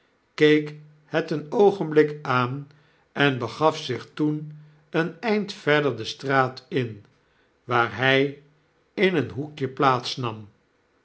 keek het een oogenblik aan en begaf zich toen een eind verder de straat in waar hy in een hoekje plaats nam